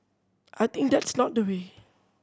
I think that's not the way